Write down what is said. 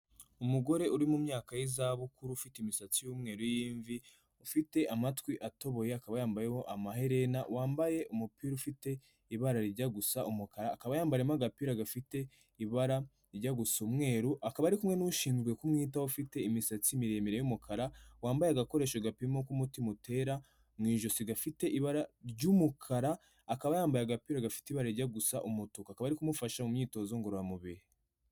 Umugore uri mu myaka y'izabukuru ufite imisatsi y'umweru y'imvi, ufite amatwi atoboye, akaba yambayeho amaherena, wambaye umupira ufite ibara rijya gusa umukara, akaba yambariyemo agapira gafite ibara rijya gusa umweru, akaba ari kumwe n'ushinzwe kumwitaho ufite imisatsi miremire y'umukara, wambaye agakoresho gapima uko umutima utera, mu ijosi gafite ibara ry'umukara, akaba yambaye agapira gafite ibara rijya gusa umutuku, akaba ari kumufasha mu myitozo ngororamubiri.